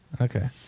Okay